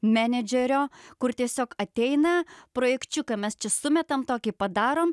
menedžerio kur tiesiog ateina projekčiuką mes čia sumetam tokį padarom